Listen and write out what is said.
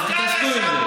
תתעסקו בזה.